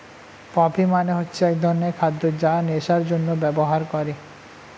poppy মানে হচ্ছে এক ধরনের খাদ্য যা নেশার জন্যে ব্যবহার করে